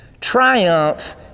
triumph